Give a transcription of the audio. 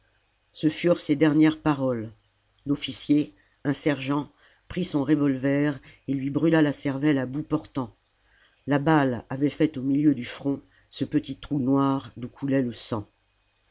ce furent ses dernières paroles l'officier un sergent prit son revolver et lui brûla la cervelle à bout portant la balle avait fait au milieu du front ce petit trou noir d'où coulait le sang